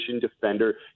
defender